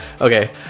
Okay